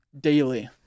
daily